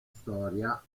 storia